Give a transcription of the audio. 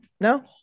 No